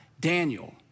Daniel